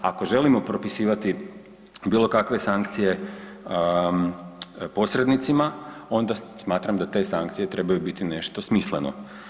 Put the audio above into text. Ako želimo propisivati bilo kakve sankcije posrednicima onda smatram da te sankcije trebaju biti nešto smisleno.